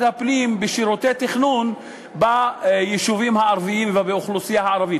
הפנים בשירותי תכנון ביישובים הערביים ובאוכלוסייה הערבית,